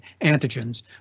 antigens